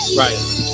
right